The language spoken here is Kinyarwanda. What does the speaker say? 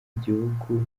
igihugu